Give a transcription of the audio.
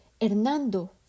Hernando